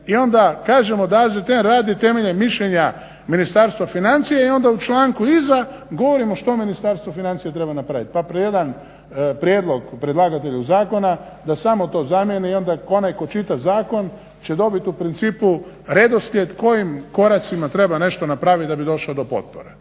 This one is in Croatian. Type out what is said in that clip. i onda kažemo da AZTN radi temeljem mišljenja Ministarstva financija i onda u članku iza govorimo što Ministarstvo financija treba napraviti. Pa jedan prijedlog predlagatelju zakona da samo to zamijeni i onda onaj tko čita zakon će dobiti u principu redoslijed kojim koracima treba nešto napraviti da bi došao do potpore.